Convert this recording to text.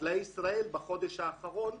חקלאי ישראל בחודש האחרון,